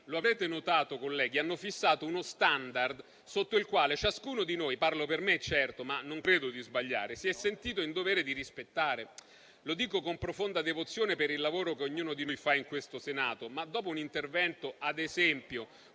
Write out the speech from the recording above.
lo avrete notato, colleghi - hanno fissato uno *standard* che ciascuno di noi - parlo per me, certo, ma non credo di sbagliare - si è sentito in dovere di rispettare. Lo dico con profonda devozione per il lavoro che ognuno di noi fa in questo Senato. Ma, dopo un intervento, ad esempio,